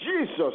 Jesus